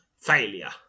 Failure